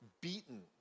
beaten